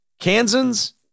Kansans